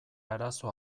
arazo